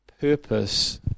purpose